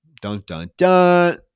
dun-dun-dun